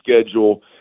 schedule